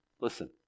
listen